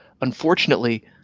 unfortunately